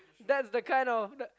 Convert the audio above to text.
that's the kind of that's the